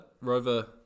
Rover